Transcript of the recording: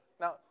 Now